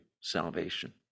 salvation